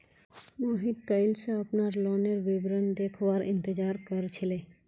मोहित कइल स अपनार लोनेर विवरण देखवार इंतजार कर छिले